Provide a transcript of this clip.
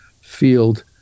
field